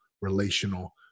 relational